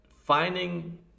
finding